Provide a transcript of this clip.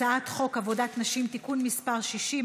הצעת חוק עבודת נשים (תיקון מס' 60),